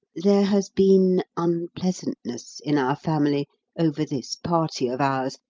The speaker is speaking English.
there has been unpleasantness in our family over this party of ours,